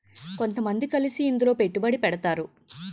కొంతమంది కలిసి ఇందులో పెట్టుబడి పెడతారు